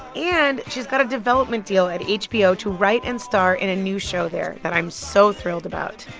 and she's got a development deal at hbo to write and star in a new show there that i'm so thrilled about.